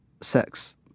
sex